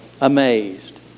amazed